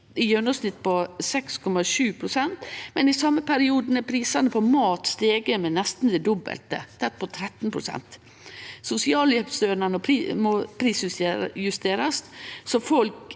i gjennomsnitt 6,7 pst., men i same perioden har prisane på mat stige med nesten det dobbelte, tett på 13 pst. Sosialhjelpsstønaden må prisjusterast så folk